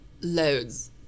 loads